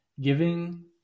giving